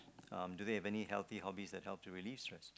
um do they have any healthy hobbies that help to release stess